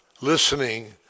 listening